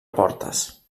portes